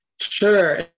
Sure